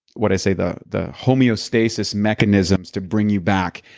what i say, the the homeostases mechanisms to bring you back.